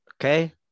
Okay